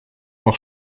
noch